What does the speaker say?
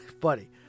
Buddy